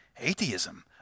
Atheism